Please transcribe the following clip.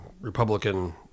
Republican